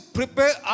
prepare